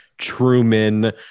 truman